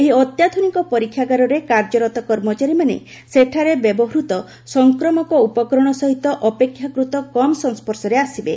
ଏହି ଅତ୍ୟାଧୁନିକ ପରୀକ୍ଷାଗାରରେ କାର୍ଯ୍ୟରତ କର୍ମଚାରୀମାନେ ସେଠାରେ ବ୍ୟବହୃତ ସଂକ୍ରାମକ ଉପକରଣ ସହିତ ଅପେକ୍ଷାକୃତ କମ୍ ସଂସ୍ୱର୍ଶରେ ଆସିବେ